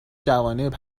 جوانب